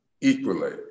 equally